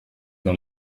dans